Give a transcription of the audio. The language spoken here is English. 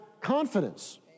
confidence